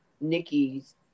Nikki's